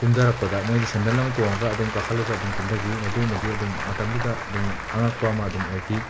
ꯀꯨꯝꯊꯔꯛꯄꯗ ꯃꯣꯏꯗꯤ ꯁꯦꯟꯗꯜ ꯑꯃ ꯇꯣꯡꯉꯒ ꯑꯗꯨꯝ ꯀꯥꯈꯠꯂꯒ ꯑꯗꯨꯝ ꯀꯨꯝꯊꯈꯤ ꯃꯗꯨꯃꯗꯤ ꯑꯗꯨꯝ ꯃꯇꯝꯗꯨꯗ ꯑꯗꯨꯝ ꯑꯉꯛꯄ ꯑꯃ ꯑꯗꯨꯝ ꯑꯣꯏꯈꯤ